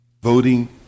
voting